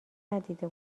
ندیده